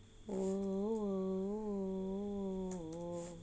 oh